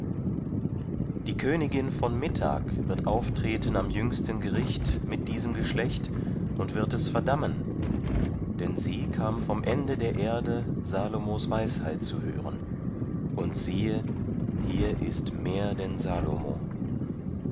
die königin von mittag wird auftreten am jüngsten gericht mit diesem geschlecht und wird es verdammen denn sie kam vom ende der erde salomons weisheit zu hören und siehe hier ist mehr denn salomo